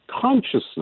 consciousness